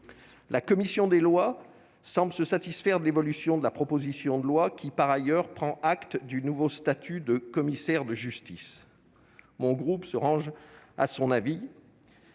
La commission des lois semble se satisfaire de l'évolution de la proposition de loi, qui par ailleurs prend acte du nouveau statut de commissaire de justice. Mon groupe se range à son avis.